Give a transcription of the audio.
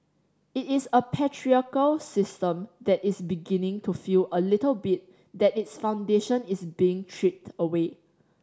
it is a patriarchal system that is beginning to feel a little bit that its foundation is being chipped away